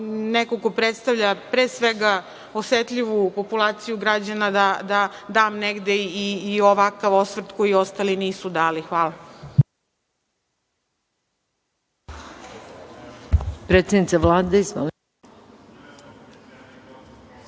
neko ko predstavlja, pre svega, osetljivu populaciju građana, da dam negde i ovakav osvrt koji ostali nisu dali. Hvala.